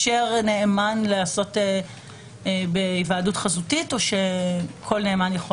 נאמן לעשות היוועדות חזותית או שכל נאמן יכול